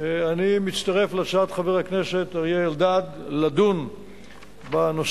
אני מצטרף להצעת חבר הכנסת אריה אלדד לדון בנושא